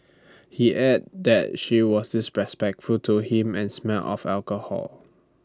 he added that she was disrespectful to him and smelled of alcohol